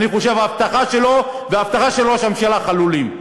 אני חושב שההבטחה שלו וההבטחה של ראש הממשלה חלולות.